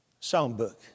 Songbook